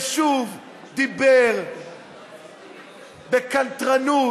ושוב דיבר בקנטרנות,